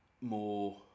more